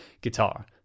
guitar